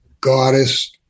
goddess